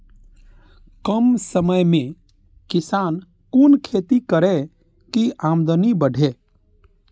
कम समय में किसान कुन खैती करै की आमदनी बढ़े?